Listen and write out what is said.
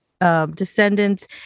descendants